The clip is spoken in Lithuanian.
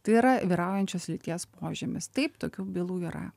tai yra vyraujančios lyties požymis taip tokių bylų yra